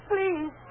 Please